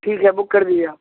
ٹھیک ہے بک کر دیجیے آپ